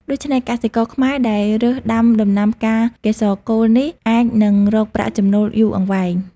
ដូច្នេះ កសិករខ្មែរដែលរើសដំាដំណាំផ្កាកេសរកូលនេះ អាចនឹងរកប្រាក់ចំណូលយូរអង្វែង។